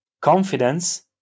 confidence